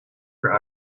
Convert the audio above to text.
for